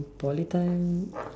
poly time